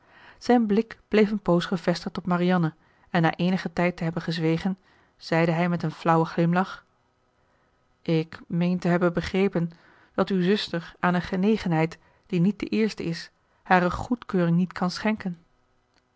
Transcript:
zijn blik bleef een poos gevestigd op marianne en na eenigen tijd te hebben gezwegen zeide hij met een flauwen glimlach ik meen te hebben begrepen dat uw zuster aan een genegenheid die niet de eerste is hare goedkeuring niet kan schenken